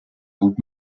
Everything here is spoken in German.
gut